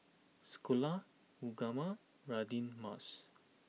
Sekolah Ugama Radin Mas